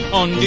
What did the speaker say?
on